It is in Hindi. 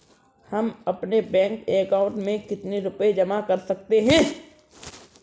हम अपने बैंक अकाउंट में कितने रुपये जमा कर सकते हैं?